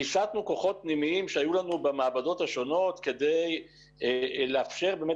הסתנו כוחות פנימיים שהיו לנו במעבדות השונות כדי לאפשר באמת